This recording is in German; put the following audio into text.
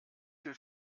viel